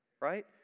right